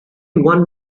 one